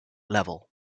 level